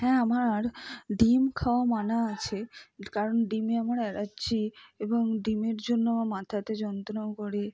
হ্যাঁ আমার ডিম খাওয়া মানা আছে কারণ ডিমে আমার অ্যালার্জি এবং ডিমের জন্য আমার মাথাতে যন্ত্রণাও করে